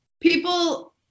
people